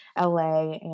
LA